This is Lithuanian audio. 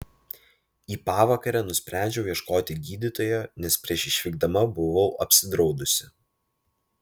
į pavakarę nusprendžiau ieškoti gydytojo nes prieš išvykdama buvau apsidraudusi